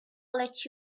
let